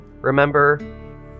remember